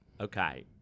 okay